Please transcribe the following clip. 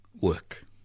work